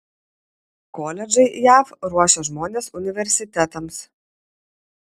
koledžai jav ruošia žmones universitetams